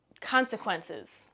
consequences